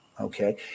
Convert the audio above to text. Okay